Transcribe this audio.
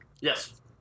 Yes